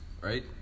right